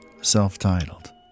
Self-titled